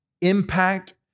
impact